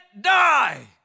die